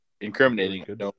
incriminating